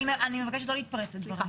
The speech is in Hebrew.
אני מבקשת לא להתפרץ לדבריי.